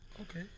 Okay